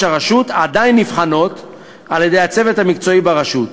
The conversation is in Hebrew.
הרשות עדיין נבחנות על-ידי הצוות המקצועי ברשות.